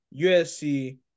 USC